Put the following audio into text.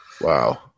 Wow